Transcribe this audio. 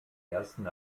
ersten